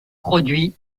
produits